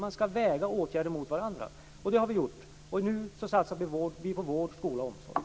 Man skall väga åtgärder mot varandra. Det har vi gjort. Nu satsar vi på vård, skola och omsorg.